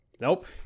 Nope